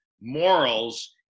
morals